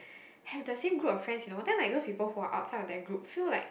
have the same group of friends you know then like those people who are outside of that group feel like